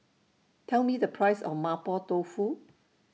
Tell Me The Price of Mapo Tofu